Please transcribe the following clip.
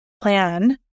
plan